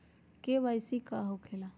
KYC का हो के ला?